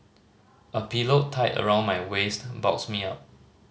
a pillow tied around my waist bulks me up